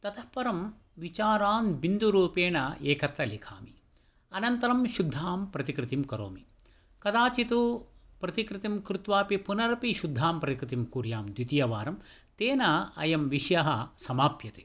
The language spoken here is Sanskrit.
ततः परं विचारान् बिन्दुरुपेण एकत्र लिखामि अनन्तरं शुद्धां प्रतिकृतिं करोमि कदाचित् प्रतिकृतिं कृत्वापि पुनरपि शुद्धां प्रतिकृतिं कुर्याम् द्वितीयवारं तेन अयं विषयः समाप्यते